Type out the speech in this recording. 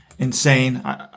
insane